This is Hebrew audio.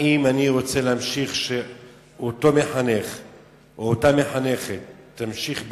האם אני רוצה שאותו מחנך או אותה מחנכת תמשיך בהוראה,